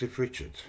Richard